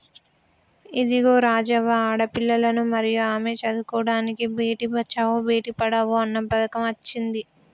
ఇదిగో రాజవ్వ ఆడపిల్లలను మరియు ఆమె చదువుకోడానికి బేటి బచావో బేటి పడావో అన్న పథకం అచ్చింది